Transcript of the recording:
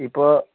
ഇപ്പോൾ